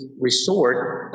resort